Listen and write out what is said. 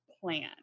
plan